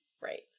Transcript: Right